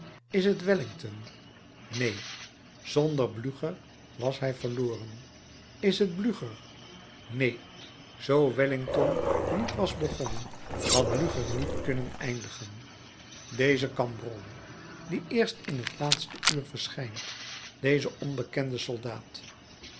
is t wellington neen zonder blücher was hij verloren is t blücher neen zoo wellington niet was begonnen had blücher niet kunnen eindigen deze cambronne die eerst in het laatste uur verschijnt deze onbekende soldaat